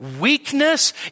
weakness